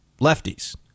lefties